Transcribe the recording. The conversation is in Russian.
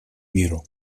миру